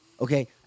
Okay